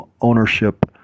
ownership